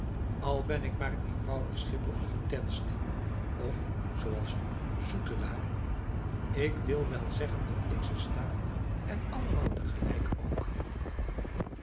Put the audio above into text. al ben ik maar een eenvoudig schipper op eene tentsnebbe of zooals nu zoetelaar ik wil wel zeggen dat ik ze sta en allemaal tegelijk ook